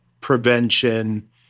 prevention